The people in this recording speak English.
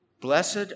Blessed